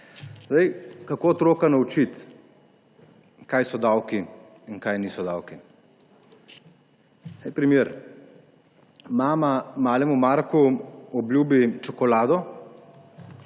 Kako otroka naučiti, kaj so davki in kaj niso davki? En primer. Mama malemu Marku obljubi čokolado,